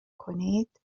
کنید